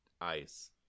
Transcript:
ice